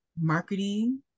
marketing